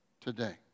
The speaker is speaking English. today